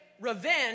revenge